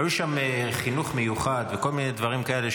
היו שם חינוך מיוחד וכל מיני דברים כאלה,